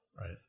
Right